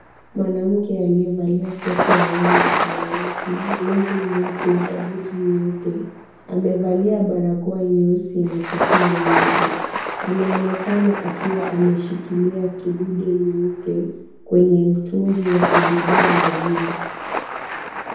Mwanamke aliyevalia koti ya rangi ya samawati, glovu nyeupe na buti nyeupe amevalia barakoa nyeusi na kofia nyeupe. Anaonekana akiwa ameshikilia kidude nyeupe kwenye mtungi wa kubebea maziwa.